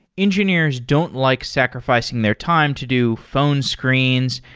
engineers don't like sacrificing their time to do phone screens,